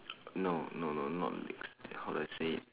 no no no not legs like how do I say it